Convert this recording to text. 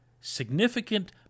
significant